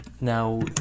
Now